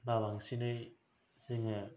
बाबांसिनै जोङो